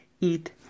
eat